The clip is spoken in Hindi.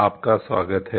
आपका स्वागत हैं